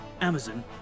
Amazon